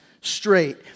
straight